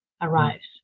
arrives